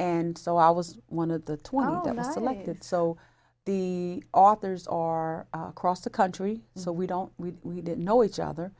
and so i was one of the twelve that i selected so the authors are across the country so we don't we didn't know each other